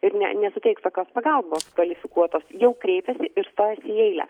ir ne nesuteiks tokios pagalbos kvalifikuotos jau kreipiasi ir stojasi į eilę